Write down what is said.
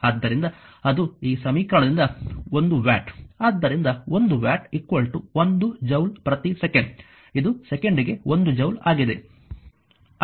ಆದ್ದರಿಂದ ಅದು ಈ ಸಮೀಕರಣದಿಂದ 1 ವ್ಯಾಟ್ಆದ್ದರಿಂದ 1 ವ್ಯಾಟ್ 1 ಜೌಲ್ ಪ್ರತಿ ಸೆಕೆಂಡ್ ಇದು ಸೆಕೆಂಡಿಗೆ ಒಂದು ಜೌಲ್ ಆಗಿದೆ